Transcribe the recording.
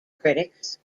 critics